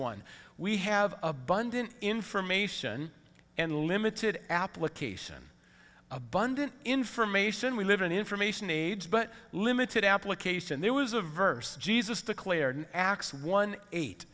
one we have abundant information and limited application abundant information we live in an information age but limited application there was a verse jesus declared acts one eight